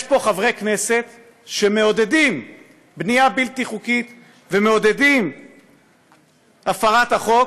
יש פה חברי כנסת שמעודדים בנייה בלתי חוקית ומעודדים את הפרת החוק,